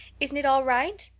isn't it all right?